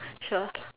sure